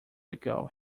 ago